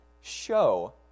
show